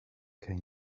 can